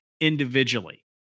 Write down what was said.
individually